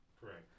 Correct